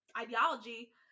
ideology